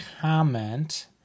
comment